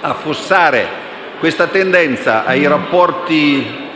affossare questa tendenza ai rapporti